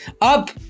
up